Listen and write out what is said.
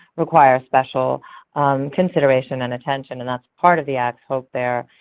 require special consideration and attention, and that's part of the act's hope there.